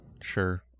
Sure